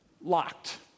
locked